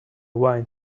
wine